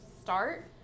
start